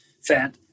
fat